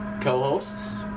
Co-hosts